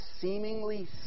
seemingly